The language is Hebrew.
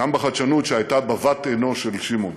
גם בחדשנות, שהייתה בבת-עינו של שמעון.